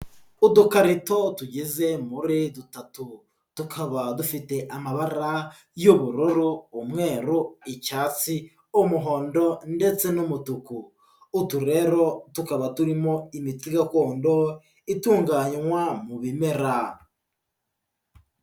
Udukarito tugeze muri dutatu, tukaba dufite amabara y'ubururu, umweru, icyatsi, umuhondo, ndetse n'umutuku. Utu rero tukaba turimo imiti gakondo, itunganywa mu bimera.